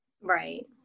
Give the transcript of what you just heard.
right